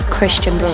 Christian